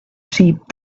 sheep